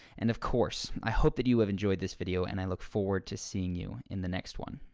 and of course, i hope that you have enjoyed this video and i look forward to seeing you in the next one.